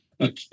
Okay